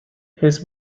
his